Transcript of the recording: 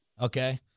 Okay